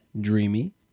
dreamy